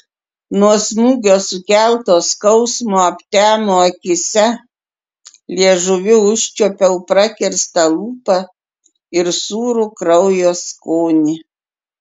nuo smūgio sukelto skausmo aptemo akyse liežuviu užčiuopiau prakirstą lūpą ir sūrų kraujo skonį